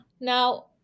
Now